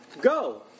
Go